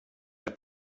herr